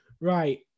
Right